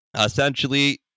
essentially